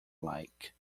like